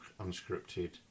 unscripted